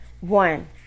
One